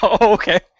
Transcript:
Okay